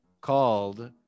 called